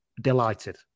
delighted